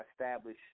establish